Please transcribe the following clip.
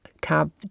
cab